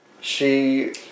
She-